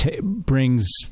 brings